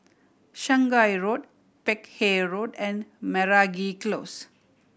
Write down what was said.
Shanghai Road Peck Hay Road and Meragi Close